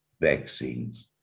vaccines